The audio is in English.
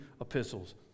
epistles